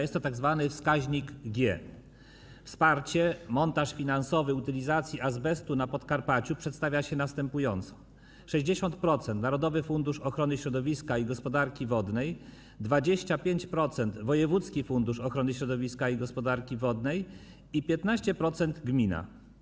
Jest to tzw. wskaźnik G. Wsparcie, montaż finansowy utylizacji azbestu na Podkarpaciu przedstawia się następująco: 60% - Narodowy Fundusz Ochrony Środowiska i Gospodarki Wodnej, 25% - wojewódzki fundusz ochrony środowiska i gospodarki wodnej, 15% - gmina.